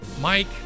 Mike